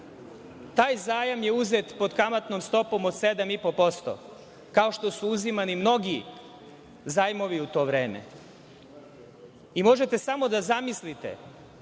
taj zajam je uzet pod kamatnom stopom od 7,5%, kao što su uzimani mnogi zajmovi u to vreme. Možete samo da zamislite